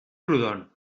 proudhon